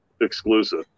exclusive